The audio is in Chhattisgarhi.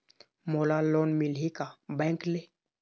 मोला लोन मिलही का बैंक ले?